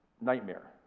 nightmare